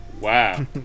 Wow